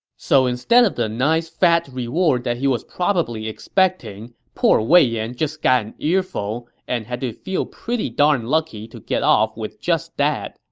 so instead of the nice fat reward that he was probably expecting, poor wei yan just got an earful and had to feel pretty darn lucky to get off with just that,